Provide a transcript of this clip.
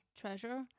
Treasure